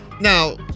Now